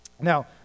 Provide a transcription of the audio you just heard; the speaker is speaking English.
Now